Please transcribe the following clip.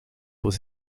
aux